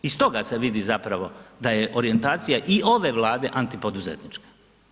Iz toga se vidi zapravo da je orijentacija ove Vlade antipoduzetnička.